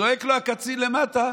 וצועק לו הקצין למטה: